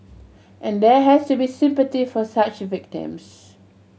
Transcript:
and there has to be sympathy for such victims